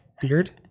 beard